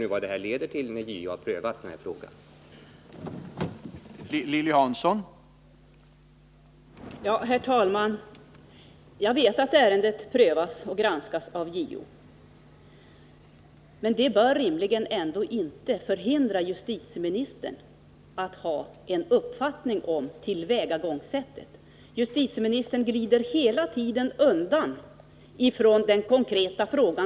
Sedan får vi se vad JO:s prövning av frågan leder till.